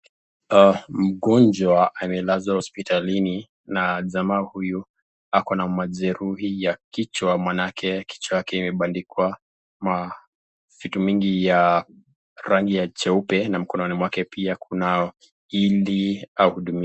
Mgonjwa amelazwa hospitalini na jamaa huyu ako na majeruhi ya kichwa maanake kichwa yake imebandikwa mavitu mingi ya rangi ya jeupe na mkononi mwake pia kuna indi,,,,